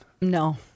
no